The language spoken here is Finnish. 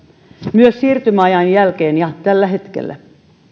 myös siirtymäajan jälkeen ja tällä hetkellä